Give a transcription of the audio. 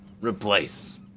Replace